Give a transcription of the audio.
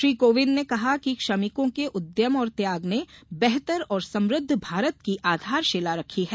श्री कोविंद ने कहा कि श्रमिकों के उद्यम और त्याग ने बेहतर और समृद्व भारत की आधारशिला रखी है